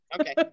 Okay